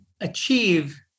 achieve